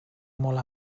molt